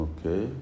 Okay